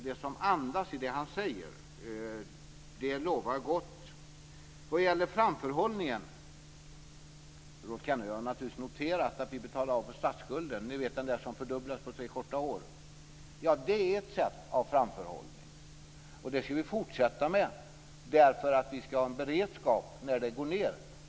Det som andas i det han säger lovar gott. Vad gäller framförhållningen har Rolf Kenneryd naturligtvis noterat att vi betalar av på statsskulden, ni vet den där som fördubblas på tre korta år. Ja, det är ett sätt att ha framförhållning, och det ska vi fortsätta med för att vi ska ha en beredskap när konjunkturen går ned.